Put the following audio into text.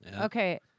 Okay